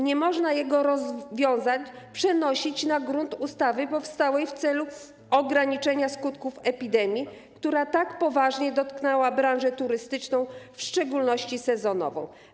Nie można tych rozwiązań przenosić na grunt ustawy powstałej w celu ograniczenia skutków epidemii, która tak poważnie dotknęła branżę turystyczną, w szczególności sezonową.